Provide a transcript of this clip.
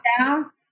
down